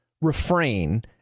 refrain